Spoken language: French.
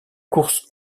course